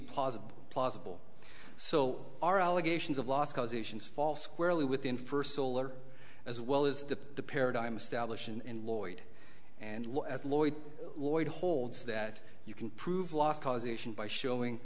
possible plausible so our allegations of last causations fall squarely within first solar as well as the paradigm established in lloyd and law as lloyd lloyd holds that you can prove loss causation by showing